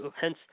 hence